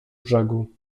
brzegu